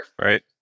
Right